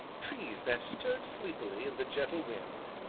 trees that stirred sleepily in the gentle wind,